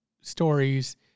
stories